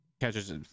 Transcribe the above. catches